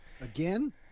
again